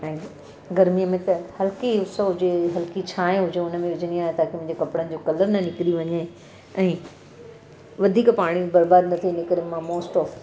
ऐं गर्मीअ में त हल्की उस हुजे हल्की छांव हुजे उनमें विझंदी आहियां ताकी मुंहिंजे कपिड़नि जो कलर न निकिरी वञे ऐं वधीक पाणी बर्बादु न थिए इनकरे मां मोस्ट ऑफ